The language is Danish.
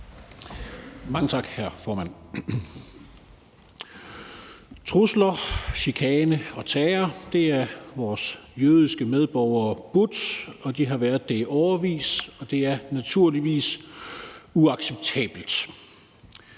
Mange tak, hr. formand. Trusler, chikane og terror er vores jødiske medborgere budt. De har været det i årevis, og det er naturligvis uacceptabelt.